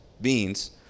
beans